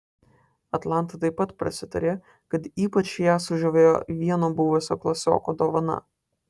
atlanta taip pat prasitarė kad ypač ją sužavėjo vieno buvusio klasioko dovana